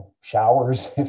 showers